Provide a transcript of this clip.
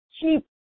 cheap